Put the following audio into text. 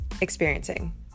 experiencing